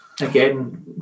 Again